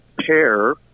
pair